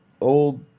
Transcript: old